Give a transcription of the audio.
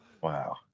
wow